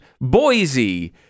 Boise